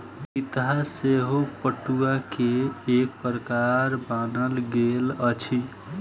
तितहा सेहो पटुआ के एक प्रकार मानल गेल अछि